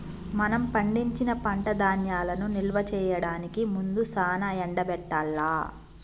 మనం పండించిన పంట ధాన్యాలను నిల్వ చేయడానికి ముందు సానా ఎండబెట్టాల్ల